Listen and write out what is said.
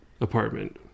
apartment